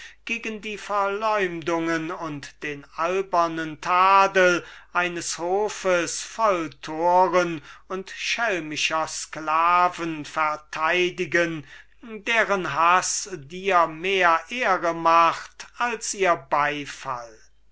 gegen die verleumdungen und den albernen tadel eines kleinen hofes voll toren und schelmischer sklaven verteidigen deren haß dir mehr ehre macht als ihr beifall